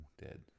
dead